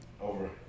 Over